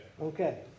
Okay